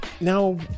now